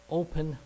open